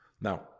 Now